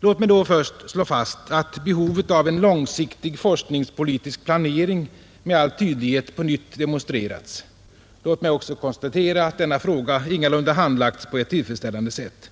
Låt mig då först slå fast att behovet av en långsiktig forskningspolitisk planering med all tydlighet på nytt demonstrerats. Låt mig också konstatera att denna fråga ingalunda handlagts på ett tillfredsställande sätt.